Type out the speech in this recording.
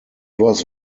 was